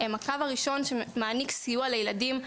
הם הקו הראשון שמעניק סיוע לילדים ונוער.